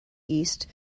east